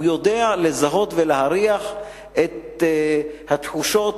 הוא יודע לזהות ולהריח את התחושות